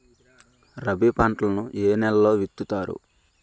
రబీ పంటలను ఏ నెలలో విత్తుతారు?